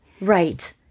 Right